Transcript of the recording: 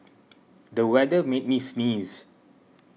the weather made me sneeze